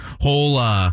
whole